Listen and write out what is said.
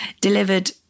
delivered